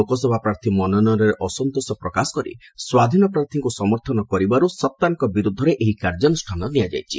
ଲୋକସଭା ପ୍ରାର୍ଥୀ ମନୋନୟନରେ ଅସନ୍ତୋଷ ପ୍ରକାଶ କରି ସ୍ୱାଧୀନ ପ୍ରାର୍ଥୀଙ୍କୁ ସମର୍ଥନ କରିବାରୁ ସତ୍ତାରଙ୍କ ବିରୁଦ୍ଧରେ ଏହି କାର୍ଯ୍ୟାନୁଷ୍ଣାନ କରାଯାଇଛି